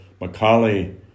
Macaulay